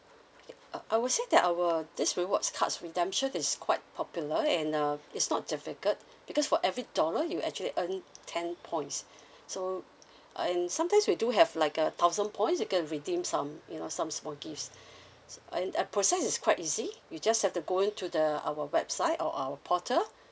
okay uh I would say that our this rewards cards redemption is quite popular and um it's not difficult because for every dollar you actually earn ten points so and sometimes we do have like a thousand points you can redeem some you know some small gifts and and process is quite easy you just have to go in to the our website or our portal